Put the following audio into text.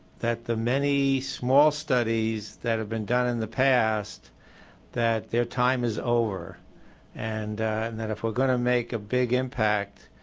that the many small studies that have been done in the past that their time is over and if we are going to make a big impact,